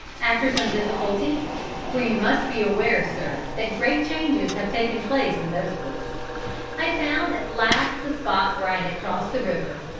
after some difficulty for you must be aware, sir, that great changes have taken place in those woods i found at last the spot where i had crossed the river,